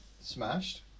smashed